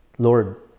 Lord